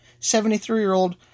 73-year-old